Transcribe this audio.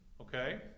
Okay